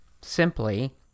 simply